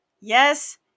Yes